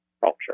culture